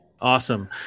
Awesome